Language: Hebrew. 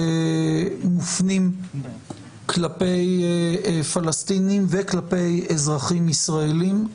שמופנים כלפי פלסטינים וכלפי אזרחים ישראלים.